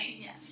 Yes